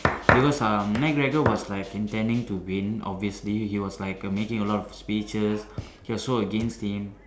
because uh McGregor was like intending to win obviously he was like err making a lot of speeches he was so against him